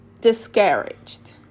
discouraged